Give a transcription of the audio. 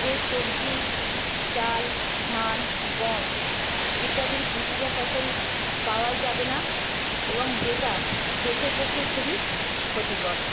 যে সবজি চাল ধান গম ইত্যাদি কৃষিজ ফসল পাওয়াই যাবে না এবং যেটা দেশের পক্ষে খুবই ক্ষতিকর